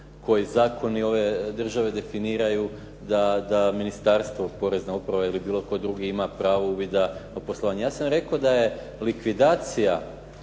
koji zakoni ove države definiraju da ministarstvo, porezna uprava ili bilo tko drugi ima pravo uvida poslovanja. Ja sam rekao da je likvidacija